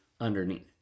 underneath